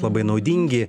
labai naudingi